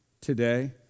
Today